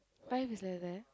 life is like that